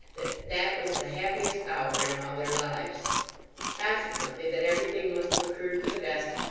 that that was the happiest hour in all their lives consequently, that everything must have occurred for the best,